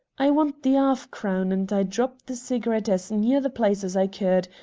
i want the arf-crown, and i dropped the cigarette as near the place as i could.